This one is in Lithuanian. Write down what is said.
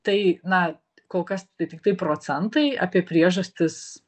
tai na kol kas tai tiktai procentai apie priežastis